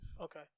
Okay